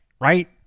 Right